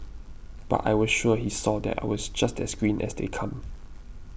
but I was sure he saw that I was just as green as they come